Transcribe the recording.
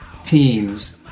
teams